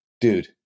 dude